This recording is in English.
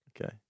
Okay